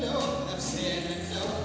no no